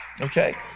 Okay